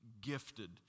gifted